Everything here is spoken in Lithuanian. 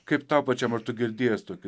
kaip tau pačiam ar tu girdėjęs tokį